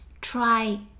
Try